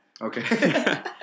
Okay